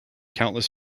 countless